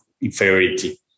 inferiority